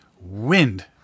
Wind